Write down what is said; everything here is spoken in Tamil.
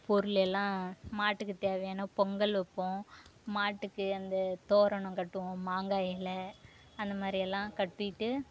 பொருள் எல்லாம் மாட்டுக்கு தேவையான பொங்கல் வைப்போம் மாட்டுக்கு அந்த தோரணம் கட்டுவோம் மாங்காய் இல அந்த மாதிரியெல்லாம் கட்டிவிட்டு